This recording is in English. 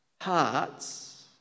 hearts